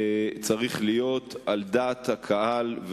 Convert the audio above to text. המאבק צריך להיות על דעת הקהל,